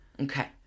Okay